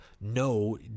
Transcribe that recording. no